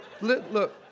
Look